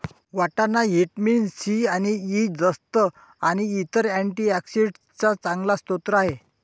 वाटाणा vitamin C आणि E, जस्त आणि इतर अँटीऑक्सिडेंट्सचा चांगला स्रोत आहे